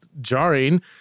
jarring